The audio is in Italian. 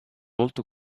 volto